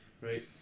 Right